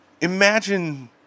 imagine